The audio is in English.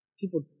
people